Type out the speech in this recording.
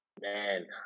man